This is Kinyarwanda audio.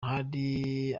hari